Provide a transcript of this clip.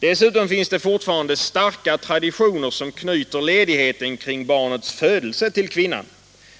Dessutom finns det fortfarande starka traditioner som knyter ledigheten kring barnets födelse till kvinnan.